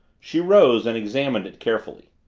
she rose and examined it carefully.